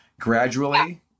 gradually